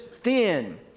thin